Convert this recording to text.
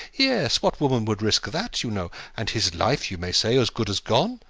yes. what woman would risk that, you know and his life, you may say, as good as gone?